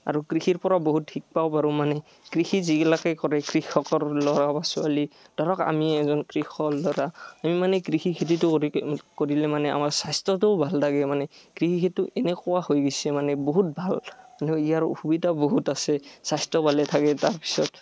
আৰু কৃষিৰ পৰাও বহুত শিকবাও পাৰোঁ মানে কৃষি যিগিলাকেই কৰে কৃষকৰ ল'ৰা বা ছোৱালী ধৰক আমি এজন কৃষক ল'ৰা আমি মানে কৃষি খেতিটো কৰি কৰিলে মানে আমাৰ স্বাস্থ্যটোও ভাল থাকে মানে কৃষিটো এনেকুৱা হৈ গৈছে মানে বহুত ভাল ইয়াৰ অসুবিধা বহুত আছে স্বাস্থ্য ভালে থাকে তাৰপিছত